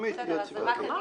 אז זה רק אני והוא.